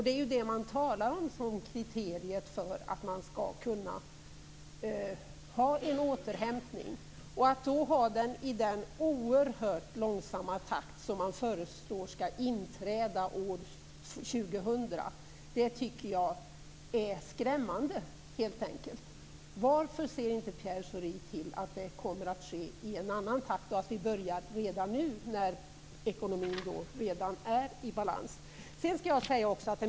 Det är det man talar om som kriteriet för att man skall kunna göra en återhämtning. Att då ha den oerhört långsamma takt som man föreslår - att den skall inträda år 2000 - tycker jag helt enkelt är skrämmande. Varför ser inte Pierre Schori till att det kommer att ske i annan takt och att vi börjar redan nu när ekonomin är i balans?